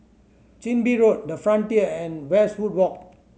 Chin Bee Road The Frontier and Westwood Walk